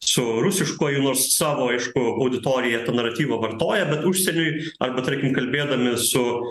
su rusiškuoju nors savo aišku auditorija tą naratyvą vartoja bet užsieniui arba tarkim kalbėdami su